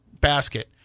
basket